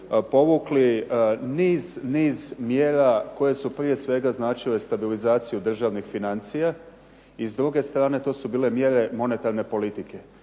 povukli niz mjera koje su prije svega značile stabilizaciju državnih financija i s druge strane to su bile mjere monetarne politike.